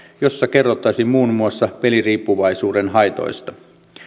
joissa kerrottaisiin muun muassa peliriippuvaisuuden haitoista